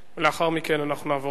ולאחר מכן נעבור להצבעה.